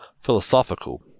philosophical